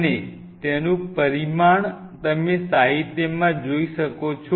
અને તેનું પરિમાણ તમે સાહિત્યમાં જોઈ શકો છો